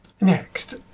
Next